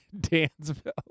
Dansville